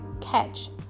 catch